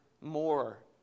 more